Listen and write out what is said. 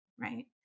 Right